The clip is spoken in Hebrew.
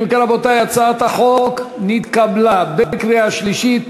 אם כן, רבותי, הצעת החוק נתקבלה בקריאה שלישית,